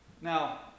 now